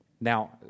Now